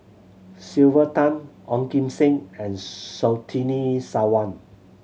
Sylvia Tan Ong Kim Seng and Surtini Sarwan